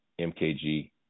MKG